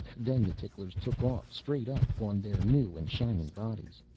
then the ticklers took off straight up on their new and shining bodies.